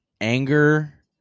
anger